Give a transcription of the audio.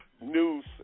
news